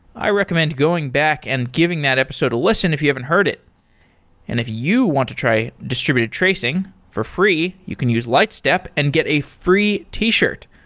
i recommend going back and giving that episode a listen if you haven't heard it and if you want to try distributed tracing for free, you can use lightstep and get a free t-shirt.